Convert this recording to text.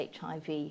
HIV